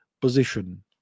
position